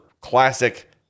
classic